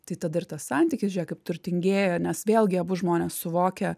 tai tada ir tas santykis žiūrėk kaip turtingėja nes vėlgi abu žmonės suvokia